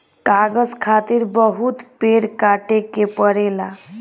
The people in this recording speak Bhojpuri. कागज खातिर बहुत पेड़ काटे के पड़ेला